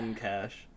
cash